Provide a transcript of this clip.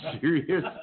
serious